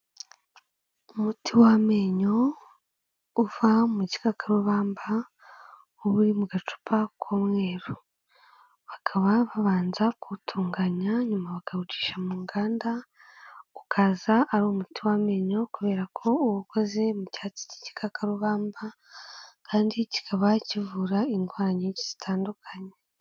Umuti w'amenyo uva mu gikakarubamba, uba uri mu gacupa k'umweru, bakaba babanza kuwutunganya nyuma bakawucisha mu nganda, ukaza ari umuti w'amenyo kubera ko uba ukoze mu cyatsi cy'ikakarubamba kandi kikaba kivura indwara nyinshi zitandukanye.